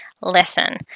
listen